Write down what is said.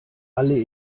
alle